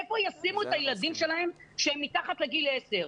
איפה ישימו את הילדים שלהם שהם מתחת לגיל עשר?